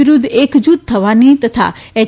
વિરૂધ્ધ એકજૂથ થવાની તથા એચ